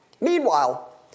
Meanwhile